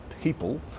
people